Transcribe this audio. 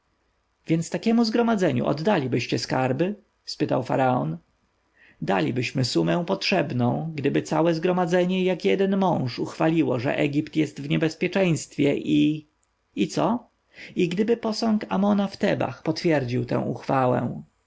więc takiemu zgromadzeniu oddalibyście skarby spytał faronfaraon dalibyśmy sumę potrzebną gdyby całe zgromadzenie jak jeden mąż uchwaliło że egipt jest w niebezpieczeństwie i i co i gdyby posąg amona w tebach potwierdził tę uchwałę